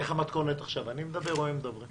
איך המתכונת עכשיו אני מדבר או הם מדברים?